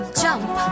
jump